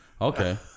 Okay